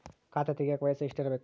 ಖಾತೆ ತೆಗೆಯಕ ವಯಸ್ಸು ಎಷ್ಟಿರಬೇಕು?